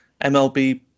MLB